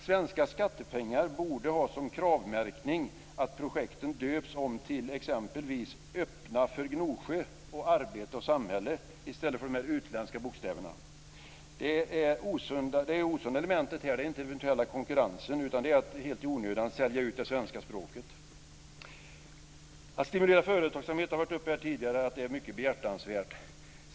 Svenska skattepengar borde ha som kravmärkning att projekten döps om till exempelvis Öppna för Gnosjö och Arbete och samhälle i stället för de här utländska namnen. Det osunda elementet här är inte den eventuella konkurrensen, utan det är att helt i onödan sälja ut det svenska språket. Här har tidigare tagits upp att det är mycket behjärtansvärt att stimulera företagsamhet.